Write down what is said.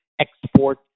export